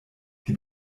die